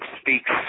speaks